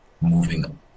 moving